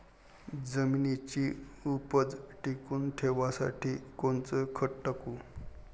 जमिनीची उपज टिकून ठेवासाठी कोनचं खत टाकू?